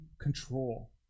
control